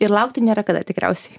ir laukti nėra kada tikriausiai